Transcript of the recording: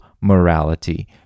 morality